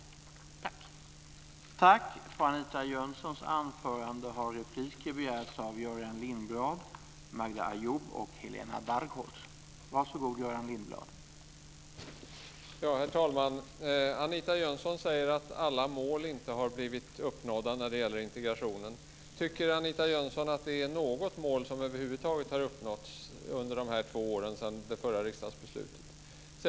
Tack!